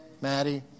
Maddie